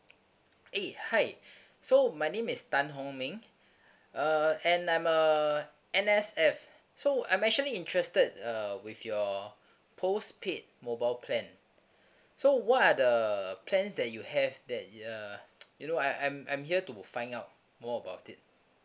eh hi so my name is tan hong ming uh and I'm a N_S_F so I'm actually interested uh with your postpaid mobile plan so what are the plans that you have that y~ uh you know I I'm I'm here to find out more about it